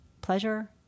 pleasure